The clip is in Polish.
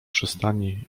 przystani